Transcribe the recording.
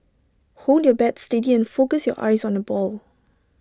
hold your bat steady and focus your eyes on the ball